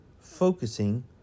Focusing